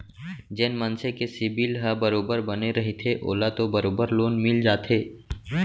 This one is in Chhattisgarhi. जेन मनसे के सिविल ह बरोबर बने रहिथे ओला तो बरोबर लोन मिल जाथे